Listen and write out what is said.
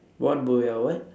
what be our what